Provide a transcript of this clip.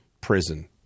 prison